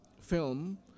film